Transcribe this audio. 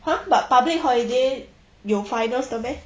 !huh! but public holiday 有 finals 的 meh